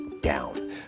down